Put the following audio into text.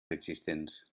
existents